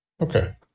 Okay